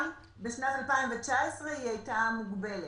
גם בשנת 2019 היא הייתה מוגבלת.